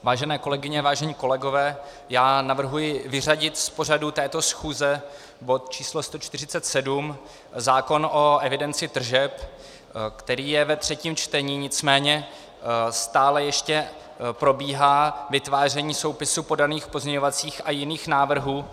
Vážené kolegyně, vážení kolegové, já navrhuji vyřadit z pořadu této schůze bod číslo 147, zákon o evidenci tržeb, který je ve třetím čtení, nicméně stále ještě probíhá vytváření soupisu podaných pozměňovacích a jiných návrhů.